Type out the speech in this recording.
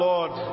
Lord